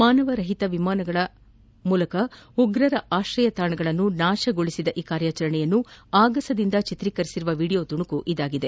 ಮಾನವ ರಹಿತ ವಾಹನಗಳ ಮೂಲಕ ಉಗ್ರರ ಆಶ್ರಯ ತಾಣಗಳನ್ನು ನಾಶಗೊಳಿಸಿದ ಈ ಕಾರ್ಯಾಚರಣೆಯ್ನು ಆಗಸದಿಂದ ಚಿತ್ರೀಕರಿಸಿರುವ ವೀಡಿಯೋ ತುಣುಕು ಇದಾಗಿದೆ